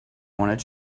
want